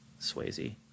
Swayze